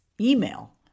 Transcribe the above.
email